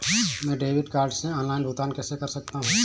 मैं debit card से online भुगतान कैसे कर सकता हूँ?